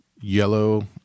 yellow